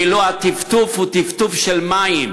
כאילו הטפטוף הוא טפטוף של מים,